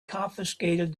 confiscated